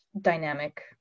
dynamic